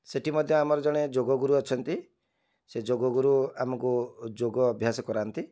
ସେଇଠି ମଧ୍ୟ ଆମର ଜଣେ ଯୋଗ ଗୁରୁ ଅଛନ୍ତି ସେ ଯୋଗ ଗୁରୁ ଆମକୁ ଯୋଗ ଅଭ୍ୟାସ କରାନ୍ତି